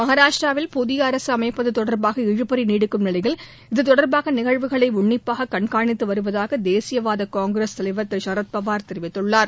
மகாராஷ்டிராவில் புதிய அரசு அமைப்பது தொடர்பாக இழுபறி நீடிக்கும் நிலையில் இதுதொடா்பான நிகழ்வுகளை உன்னிப்பாக கண்காணித்து வருவதாக தேசியவாத காங்கிரஸ் தலைவா் திரு சரத்பவார் தெரிவித்துள்ளார்